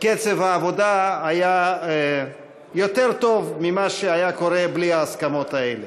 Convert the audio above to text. קצב העבודה היה יותר טוב ממה שהיה קורה בלי ההסכמות האלה,